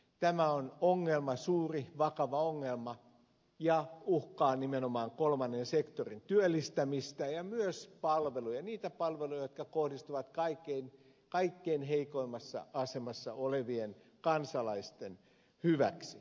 tämä on ongelma suuri vakava ongelma ja uhkaa nimenomaan kolmannen sektorin työllistämistä ja myös palveluja niitä palveluja jotka kohdistuvat kaikkein heikoimmassa asemassa olevien kansalaisten hyväksi